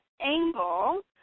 angle